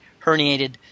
herniated